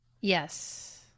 Yes